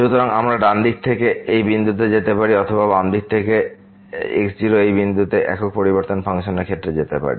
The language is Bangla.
সুতরাং আমরা ডান দিক থেকে এই বিন্দুতে যেতে পারি অথবা আমরা বাম দিক থেকে x0 এই বিন্দু একক পরিবর্তনশীল ফাংশনের ক্ষেত্রে যেতে পারি